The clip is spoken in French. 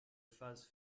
phase